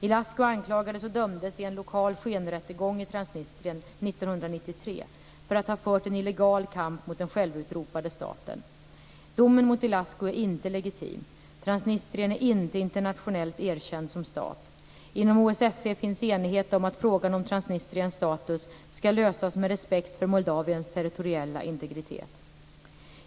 Ilascu anklagades och dömdes i en lokal skenrättegång i Transnistrien 1993 för att ha fört en illegal kamp mot den självutropade staten. Domen mot Ilascu är inte legitim. Transnistrien är inte internationellt erkänd som stat. Inom OSSE finns enighet om att frågan om Transnistriens status ska lösas med respekt för Moldaviens territoriella integritet.